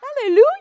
Hallelujah